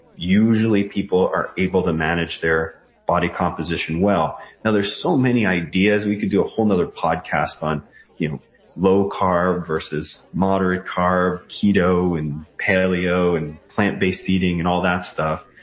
usually people are able to manage their body composition well. now, there's so many ideas, we could do a whole nother podcast on you know low carb versus moderate carb, keto and paleo, and plant based eating and all that stuff,